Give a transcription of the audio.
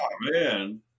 man